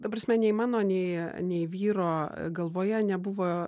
ta prasme nei mano nei nei vyro galvoje nebuvo